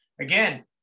again